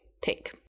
take